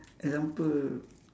example